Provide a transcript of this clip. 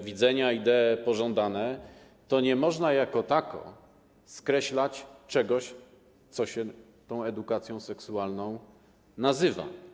widzenia, idee pożądane - to nie można skreślać czegoś, co się tą edukacją seksualną nazywa.